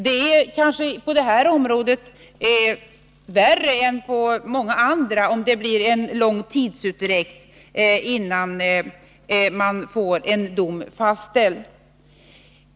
Det är kanske värre på det här området öl än på många andra om det blir lång tidsutdräkt innan man får en dom fastställd.